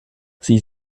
sie